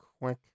quick